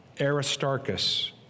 Aristarchus